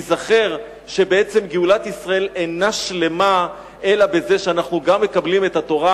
ניזכר שבעצם גאולת ישראל אינה שלמה אלא בזה שאנחנו גם מקבלים את התורה,